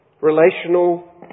Relational